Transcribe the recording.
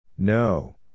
No